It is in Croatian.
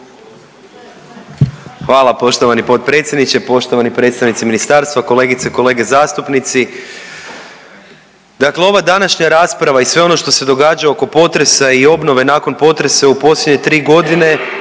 Hvala poštovani potpredsjedniče. Poštovani predstavnici ministarstva, kolegice i kolege zastupnici, dakle ova današnja rasprava i sve ono što se događa oko potresa i obnove nakon potresa u posljednje 3 godine